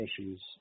issues